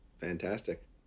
fantastic